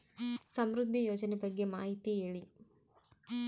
ಸಮೃದ್ಧಿ ಯೋಜನೆ ಬಗ್ಗೆ ಮಾಹಿತಿ ಹೇಳಿ?